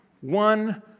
one